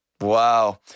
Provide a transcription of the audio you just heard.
wow